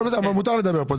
אבל מותר לדבר פה.